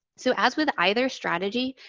so, as with either strategy,